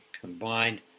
combined